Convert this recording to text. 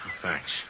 Thanks